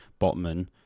Botman